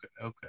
okay